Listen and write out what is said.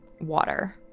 water